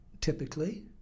typically